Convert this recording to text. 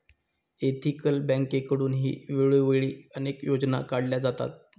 ethical बँकेकडूनही वेळोवेळी अनेक योजना काढल्या जातात